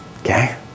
okay